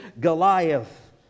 Goliath